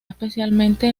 especialmente